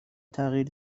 تغییر